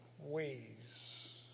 ways